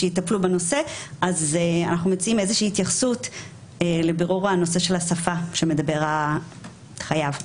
אנחנו מציעים איזושהי התייחסות לבירור הנושא של השפה אותה דובר החייב.